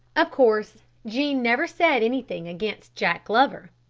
of course jean never said anything against jack glover.